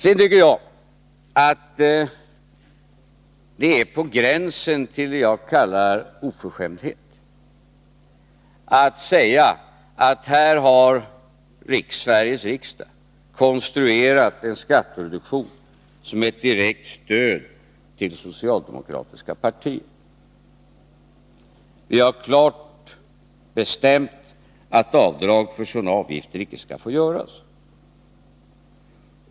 Sedan tycker jag att det är på gränsen till det jag kallar en oförskämdhet att säga att Sveriges riksdag här har konstruerat en skattereduktion som är ett direkt stöd till det socialdemokratiska partiet. Vi har klart bestämt att avdrag för sådana avgifter inte skall få göras.